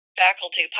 faculty